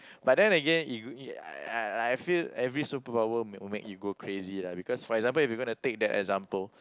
but then again like I feel every superpower will make you go crazy lah because for example if you're going to take that example